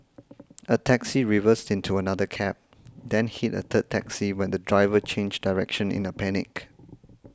a taxi reversed into another cab then hit a third taxi when the driver changed direction in a panic